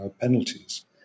penalties